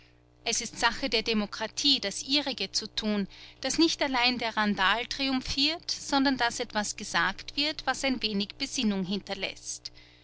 es ist sache der demokratie das ihrige zu tun daß nicht allein der randal triumphiert sondern daß etwas gesagt wird was ein wenig besinnung hinterläßt